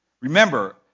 Remember